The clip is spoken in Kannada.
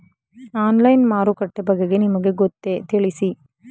ಆನ್ಲೈನ್ ಮಾರುಕಟ್ಟೆ ಬಗೆಗೆ ನಿಮಗೆ ಗೊತ್ತೇ? ತಿಳಿಸಿ?